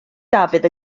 dafydd